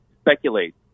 speculate